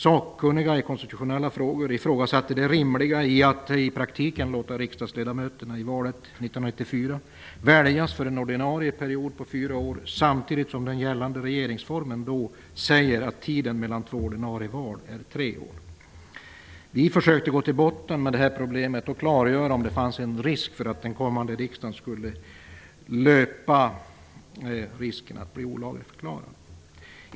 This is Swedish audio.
Sakkunniga i konstitutionella frågor ifrågasatte det rimliga i att i praktiken låta riksdagsledamöterna i valet 1994 väljas för en ordidnarie period på fyra år samtidigt som den gällande regeringsformen säger att tiden mellan två ordinarie val är tre år. Vi försökte gå till botten med detta problem och klargöra om det fanns en risk för att den kommande riksdagen skulle löpa risk att bli olagligförklarad.